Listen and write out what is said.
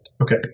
Okay